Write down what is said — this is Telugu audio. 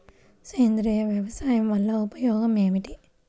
సేంద్రీయ వ్యవసాయం వల్ల ఉపయోగం ఏమిటి?